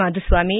Madhuswamy